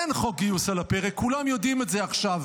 אין חוק גיוס על הפרק, כולם יודעים את זה עכשיו,